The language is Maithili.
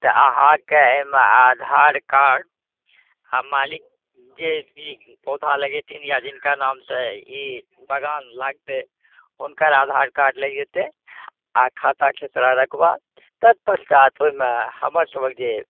तऽ अहाँके एहिमे आधार कार्ड आओर मालिक जे ई पौधा लगेथिन या जिनका नामसँ ई बगान लागतै हुनकर आधार कार्ड लागि जेतै आओर खाता खेसरा रकबा तत्पश्चात ओहिमे हमरसबके जे